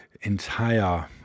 entire